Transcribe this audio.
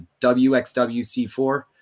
wxwc4